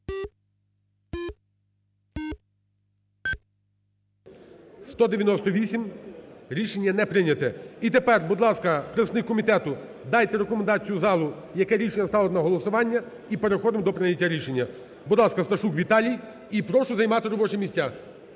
Рішення не прийняте. І тепер, будь ласка, представник комітету, дайте рекомендацію залу, яке рішення ставити на голосування і переходимо до прийняття рішення. Будь ласка, Сташук Віталій і прошу займати робочі місця,